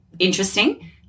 Interesting